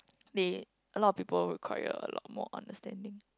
they a lot people who require a lot more understanding